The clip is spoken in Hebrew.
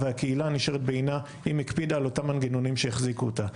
הרי הקהילה נשארת בעינה אם הקפידה על אותם מנגנונים שהחזיקו אותה.